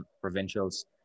provincials